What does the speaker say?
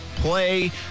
play